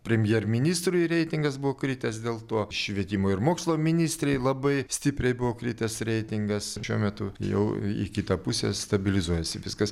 premjerministrui reitingas buvo kritęs dėl to švietimo ir mokslo ministrei labai stipriai buvo kritęs reitingas šiuo metu jau į kitą pusę stabilizuojasi viskas